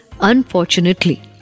unfortunately